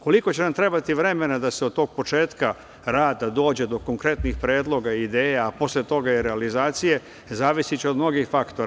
Koliko će nam trebati vremena da se od tog početka rada dođe do konkretnih predloga i ideja, a posle toga i realizacije, zavisi će od mnogih faktora.